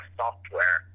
software